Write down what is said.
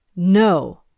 No